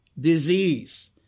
disease